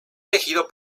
elegido